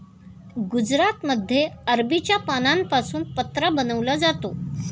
गुजरातमध्ये अरबीच्या पानांपासून पत्रा बनवला जातो